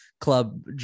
club